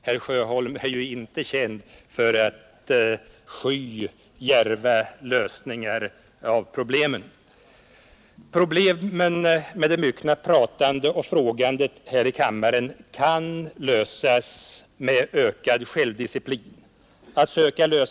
Herr Sjöholm är ju inte känd för att sky djärva lösningar på olika problem. Problemet med det myckna pratandet och frågandet här i kammaren kan lösas med ökad självdisciplin.